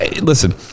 listen